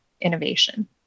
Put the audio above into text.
innovation